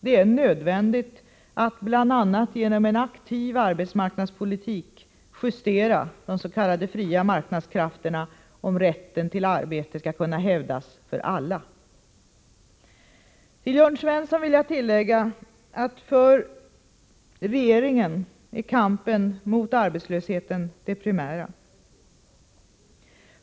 Det är nödvändigt att bl.a. genom en aktiv arbetsmarknadspolitik justera de s.k. fria marknadskrafterna, om rätten till arbete skall kunna Till Jörn Svensson vill jag tillägga att för regeringen är kampen mot arbetslösheten det primära.